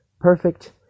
perfect